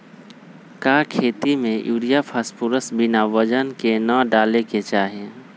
का खेती में यूरिया फास्फोरस बिना वजन के न डाले के चाहि?